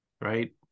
right